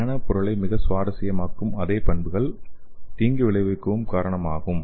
நானோ பொருளை மிகவும் சுவாரஸ்யமாக்கும் அதே பண்புகள் அவை தீங்கு விளைவிக்கவும் காரணமாகும்